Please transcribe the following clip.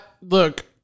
Look